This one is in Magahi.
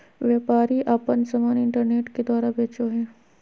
व्यापारी आपन समान इन्टरनेट के द्वारा बेचो हइ